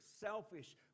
selfish